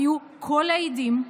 היו כל העדים,